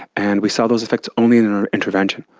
and we saw those effects only in and our intervention.